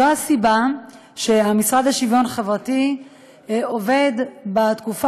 זו הסיבה שהמשרד לשוויון חברתי עובד בתקופה